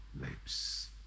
lips